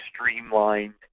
streamlined